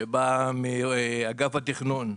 שבא מאגף התכנון.